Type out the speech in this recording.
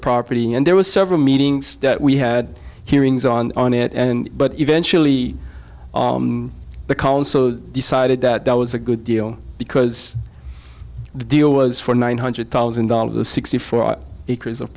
property and there was several meetings that we had hearings on but eventually the council decided that that was a good deal because the deal was for nine hundred thousand dollars sixty four acres of